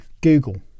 Google